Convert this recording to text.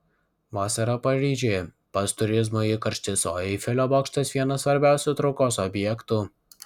vasarą paryžiuje pats turizmo įkarštis o eifelio bokštas vienas svarbiausių traukos objektų